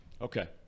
Okay